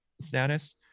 status